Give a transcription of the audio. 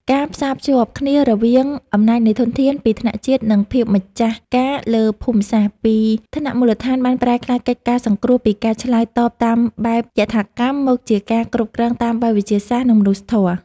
ការផ្សារភ្ជាប់គ្នារវាង អំណាចនៃធនធាន ពីថ្នាក់ជាតិ និងភាពម្ចាស់ការលើភូមិសាស្ត្រ ពីថ្នាក់មូលដ្ឋានបានប្រែក្លាយកិច្ចការសង្គ្រោះពីការឆ្លើយតបតាមបែបយថាកម្ម មកជាការគ្រប់គ្រងតាមបែបវិទ្យាសាស្ត្រ និងមនុស្សធម៌។